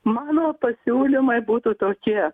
mano pasiūlymai būtų tokie